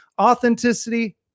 authenticity